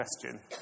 question